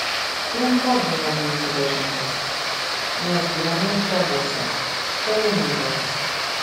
trumpa buvo mūsų pažintis nes gyvenau tebuose toli nuo jos